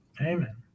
Amen